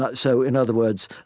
but so in other words,